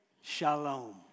shalom